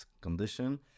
condition